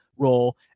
role